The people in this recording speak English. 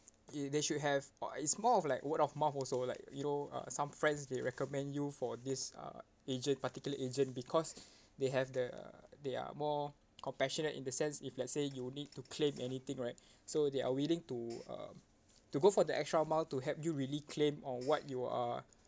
it they should have oh it's more of like word of mouth also like you know uh some friends they recommend you for this uh agent particular agent because they have the they are more compassionate in the sense if let's say you need to claim anything right so they are willing to uh to go for the extra mile to help you really claim on what you are